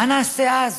מה נעשה אז?